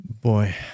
Boy